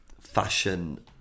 Fashion